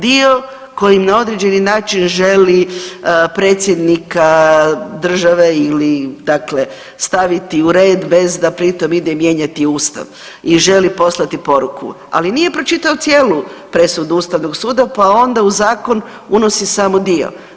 Dio kojim na određeni način želi predsjednika države ili dakle staviti u red bez da pritom ide mijenjati Ustav i želi poslati poruku, ali nije pročitao cijeli presudu ustavnog suda, pa onda u zakon unosi samo dio.